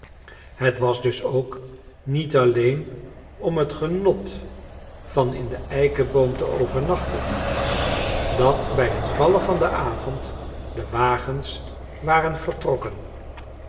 het was dus ook niet alleen om het genot van in de eikenboom te overnachten dat bij het vallen van den avond de wagens waren vertrokken